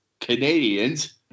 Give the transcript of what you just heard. Canadians